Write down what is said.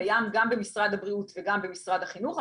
קיים גם במשרד הבריאות וגם במשרד החינוך,